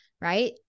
right